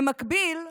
במקביל,